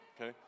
okay